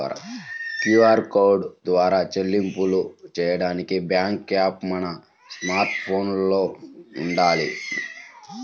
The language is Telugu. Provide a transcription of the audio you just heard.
క్యూఆర్ కోడ్ ద్వారా చెల్లింపులు చెయ్యడానికి బ్యేంకు యాప్ మన స్మార్ట్ ఫోన్లో వుండాలి